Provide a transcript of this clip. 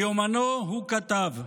ביומנו הוא כתב: